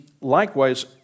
likewise